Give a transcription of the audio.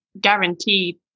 guaranteed